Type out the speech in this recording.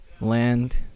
land